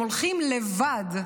הם הולכים לבד.